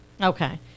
Okay